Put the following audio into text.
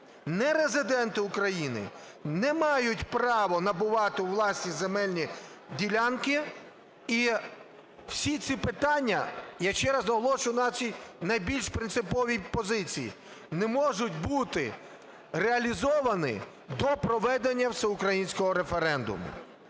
Нерезиденти України не мають право набувати у власність земельні ділянки…" І всі ці питання, я ще раз наголошую на нашій найбільш принципові позиції, не можуть бути реалізовані до проведення всеукраїнського референдуму.